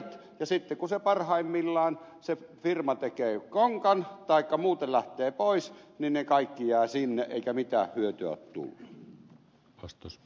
ja sitten kun parhaimmassa tapauksessa se firma tekee konkan taikka muuten lähtee pois niin ne kaikki jäävät sinne eikä mitään hyötyä ole tullut